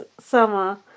summer